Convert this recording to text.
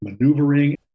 maneuvering